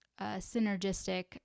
synergistic